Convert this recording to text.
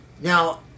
Now